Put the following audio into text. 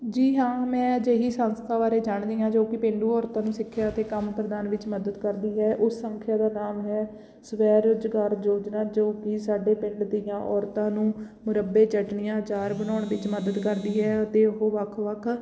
ਜੀ ਹਾਂ ਮੈਂ ਅਜਿਹੀ ਸੰਸਥਾ ਬਾਰੇ ਜਾਣਦੀ ਹਾਂ ਜੋ ਕਿ ਪੇਂਡੂ ਔਰਤਾਂ ਨੂੰ ਸਿੱਖਿਆ ਅਤੇ ਕੰਮ ਪ੍ਰਦਾਨ ਵਿੱਚ ਮਦਦ ਕਰਦੀ ਹੈ ਉਹ ਸੰਸਥਾ ਦਾ ਨਾਮ ਹੈ ਸਵੈ ਰੁਜ਼ਗਾਰ ਯੋਜਨਾ ਜੋ ਕਿ ਸਾਡੇ ਪਿੰਡ ਦੀਆਂ ਔਰਤਾਂ ਨੂੰ ਮੁਰੱਬੇ ਚੱਟਣੀਆਂ ਅਚਾਰ ਬਣਾਉਣ ਵਿੱਚ ਮਦਦ ਕਰਦੀ ਹੈ ਅਤੇ ਉਹ ਵੱਖ ਵੱਖ